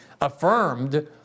affirmed